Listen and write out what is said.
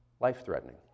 life-threatening